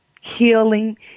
Healing